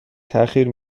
تاخیر